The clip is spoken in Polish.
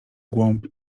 głąb